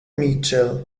mitchell